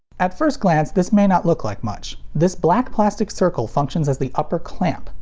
at first glance, this may not look like much. this black plastic circle functions as the upper clamp.